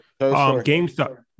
GameStop